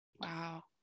Wow